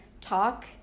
talk